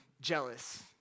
jealous